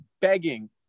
begging